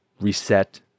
reset